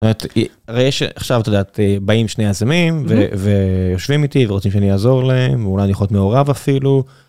עכשיו את יודעת, באים שני יזמים ויושבים איתי ורוצים שאני אעזור להם, אולי אני יכול להיות מעורב אפילו.